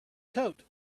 coat